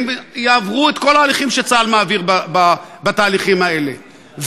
הם יעברו את כל ההליכים שצה"ל מעביר בתהליכים האלה,